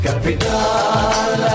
Capital